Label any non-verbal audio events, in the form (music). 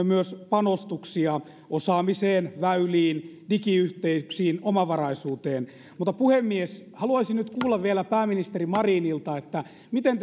(unintelligible) myös panostuksia osaamiseen väyliin digiyhteyksiin omavaraisuuteen puhemies haluaisin nyt kuulla vielä pääministeri marinilta miten (unintelligible)